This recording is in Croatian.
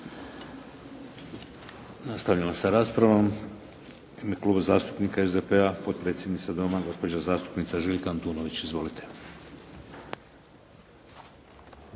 Nastavljamo sa raspravom. U ime Kluba zastupnika SDP-a potpredsjednica Doma gospođa zastupnica Željka Antunović. Izvolite.